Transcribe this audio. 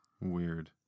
Weird